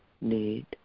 need